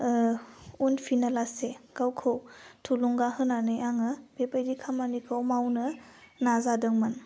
उनफिना लासे गावखौ थुलुंगा होनानै आङो बेबायदि खामानिखौ मावनो नाजादोंमोन